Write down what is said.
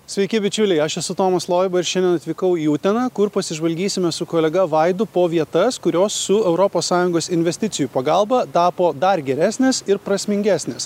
sveiki bičiuliai aš esu tomas loiba ir šiandien atvykau į uteną kur pasižvalgysime su kolega vaidu po vietas kurios su europos sąjungos investicijų pagalba tapo dar geresnės ir prasmingesnės